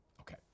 Okay